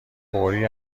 فوری